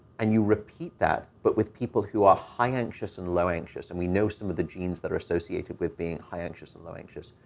and you repeat that, but with people who are high-anxious and low-anxious, and we know some of the genes that are associated with being high-anxious and low-anxious.